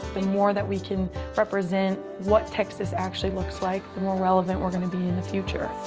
the more that we can represent what texas actually looks like, the more relevant we're going to be in the future.